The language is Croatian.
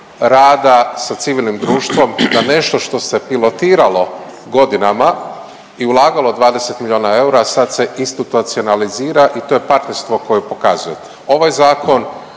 rada sa civilnim društvom da nešto što se pilotiralo godinama i ulagalo 20 milijuna eura sad se institucionalizira i to je partnerstvo koje pokazujete. Ovaj zakon